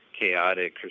chaotic